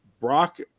Brock